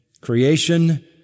creation